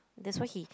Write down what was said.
that's why he